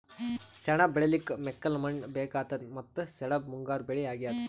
ಸೆಣಬ್ ಬೆಳಿಲಿಕ್ಕ್ ಮೆಕ್ಕಲ್ ಮಣ್ಣ್ ಬೇಕಾತದ್ ಮತ್ತ್ ಸೆಣಬ್ ಮುಂಗಾರ್ ಬೆಳಿ ಅಗ್ಯಾದ್